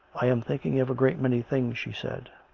i am thinking of a great many things, she said.